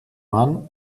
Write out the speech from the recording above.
mann